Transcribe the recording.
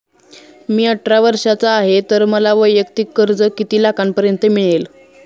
मी अठरा वर्षांचा आहे तर मला वैयक्तिक कर्ज किती लाखांपर्यंत मिळेल?